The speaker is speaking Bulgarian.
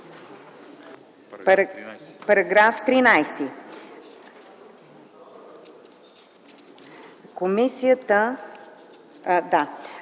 Параграф 7.